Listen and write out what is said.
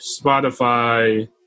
Spotify